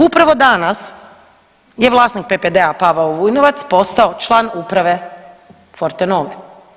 Upravo danas je vlasnik PPD-a Pavao Vujnovac postao član uprave Fortenove.